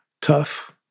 tough